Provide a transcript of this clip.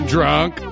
Drunk